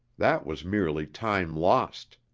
that was merely time lost.